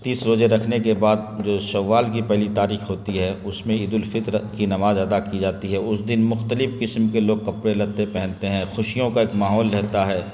تیس روزے رکھنے کے بعد جو شوال کی پہلی تاریخ ہوتی ہے اس میں عیدالفطر کی نماز ادا کی جاتی ہے اس دن مختلف قسم کے لوگ کپڑے لتے پہنتے ہیں خوشیوں کا ایک ماحول رہتا ہے